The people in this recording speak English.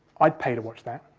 i'd pay to watch that.